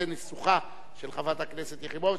זה ניסוחה של חברת הכנסת יחימוביץ.